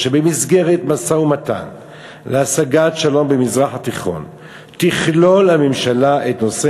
שבמסגרת משא-ומתן להשגת שלום במזרח התיכון תכלול הממשלה את נושא